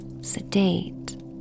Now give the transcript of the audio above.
sedate